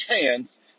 chance